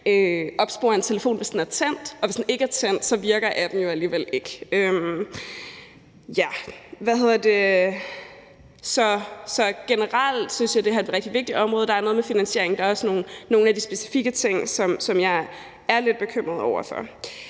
opspore en telefon, hvis den er tændt, og hvis den ikke er tændt, så virker appen jo alligevel ikke. Generelt synes jeg, at det her er et rigtig vigtigt område. Der er noget med finansieringen, og der er også nogle af de specifikke ting, som jeg er lidt bekymret over.